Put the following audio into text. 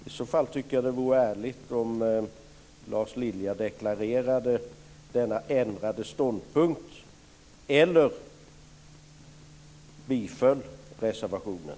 I så fall tycker jag att det vore ärligt om Lars Lilja deklarerade denna ändrade ståndpunkt eller biföll reservationen.